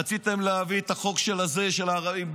רציתם להביא את החוק של הערבים,